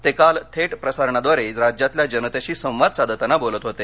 ते काल थेट प्रसारणाद्वारे राज्यातल्या जनतेशी संवाद साधताना बोलत होते